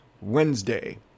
Wednesday